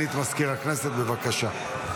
יש הודעה לסגנית מזכיר הכנסת, בבקשה.